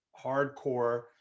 hardcore